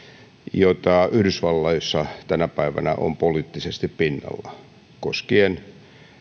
jota yhdysvalloissa tänä päivänä on poliittisesti pinnalla koskien